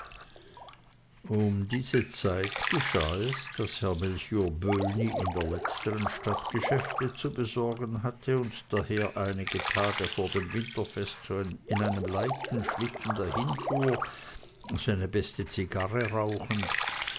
um diese zeit geschah es daß herr melchior böhni in der letzteren stadt geschäfte zu besorgen hatte und daher einige tage vor dem winterfest in einem leichten schlitten dahin fuhr seine beste zigarre rauchend